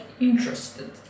interested